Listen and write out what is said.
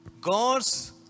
God's